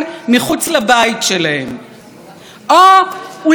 או אולי תשללו מערביי ישראל את זכות ההצבעה?